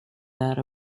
that